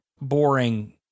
boring